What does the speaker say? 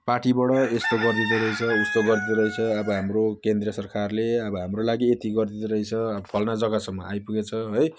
पार्टीबाट यस्तो गरिदिँदा रहेछ उस्तो गरिदिँदो रहेछ अब हाम्रो केन्द्र सरकारले अब हाम्रो लागि यति गरिदिँदो रहेछ अब फलना जगासम्म आइपुगेको छ है